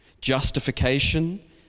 Justification